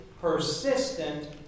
persistent